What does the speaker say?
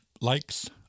likes